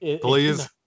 please